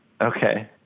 okay